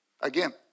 Again